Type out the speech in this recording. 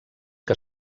que